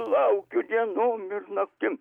laukiu dienom ir naktim